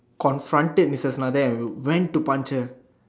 confronted mrs Smarden and then we went to punch her